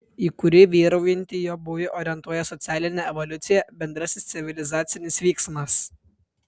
į kurį vyraujantį jo būvį orientuoja socialinė evoliucija bendrasis civilizacinis vyksmas